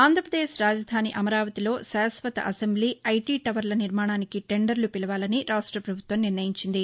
ఆంధ్రాపదేశ్ రాజధాని అమరావతిలో శాశ్వత అసెంబ్లీ ఐటీ టవర్ల నిర్మాణానికి టెండర్లు పిలవాలని రాష్ట ప్రభుత్వం నిర్ణయించింది